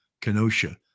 Kenosha